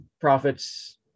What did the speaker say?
profits